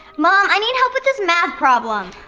mom, i need help with this math problem.